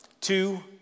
two